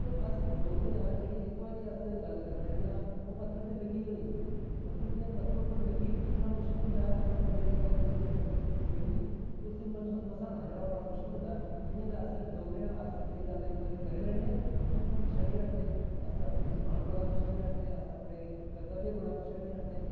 ते अस डोगरे आं जेह्ड़ी इक बारी अस गल्ल करी लैन्ने आं ओह् पत्थर दी लीकर होई जंदी ऐ मतलब जियां पत्थरै उप्पर लीकर खिच्चना मुश्कल होंदा ऐ अगर जेल्लै इक बारी लीकर पत्थर पर खच्चोई जंदी उसी मसाह्ना् जेह्ड़ा बड़ा मुश्कल होंदा इ'यां गै अस डोगरे आं अस जेह्ड़ी गल्ल इक बारी करी लैन्ने भी उत्थूं पिच्छे निं हटदे अस अपनी जबान कोला पिच्छें निं हटदे अस अपने कर्तब्ब कोला पिच्छें निं हटदे